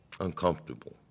uncomfortable